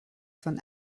von